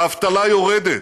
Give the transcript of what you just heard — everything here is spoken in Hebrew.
והאבטלה יורדת,